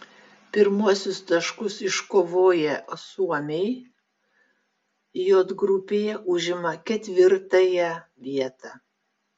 pirmuosius taškus iškovoję suomiai j grupėje užima ketvirtąją vietą